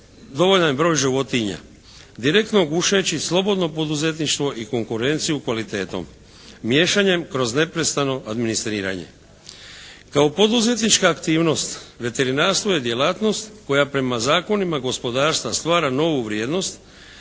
dovoljan broj životinja direktno gušeći slobodno poduzetništvo i konkurenciju kvalitetom miješanjem kroz neprestano administriranje. Kao poduzetnička aktivnost veterinarstvo je djelatnost koja prema zakonima gospodarstva stvara novu vrijednost,